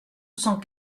cent